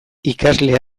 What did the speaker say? ikasle